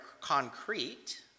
concrete